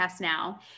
now